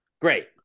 Great